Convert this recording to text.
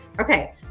Okay